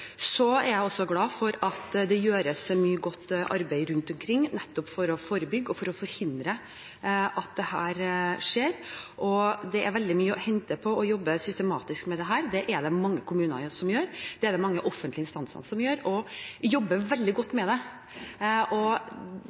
er også glad for at det gjøres mye godt arbeid rundt omkring nettopp for å forebygge og for å forhindre at dette skjer. Det er veldig mye å hente på å jobbe systematisk med dette. Det er det mange kommuner som gjør, det er det mange offentlige instanser som gjør – og jobber veldig godt med det.